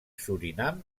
surinam